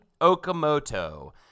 Okamoto